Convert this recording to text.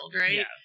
right